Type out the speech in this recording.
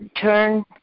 turn